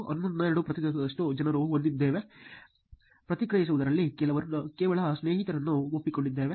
12 ಪ್ರತಿಶತದಷ್ಟು ಜನರನ್ನು ಹೊಂದಿದ್ದೇವೆ ಪ್ರತಿಕ್ರಿಯಿಸಿದವರಲ್ಲಿ ಕೇವಲ ಸ್ನೇಹವನ್ನು ಒಪ್ಪಿಕೊಂಡಿದ್ದೇವೆ